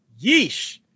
yeesh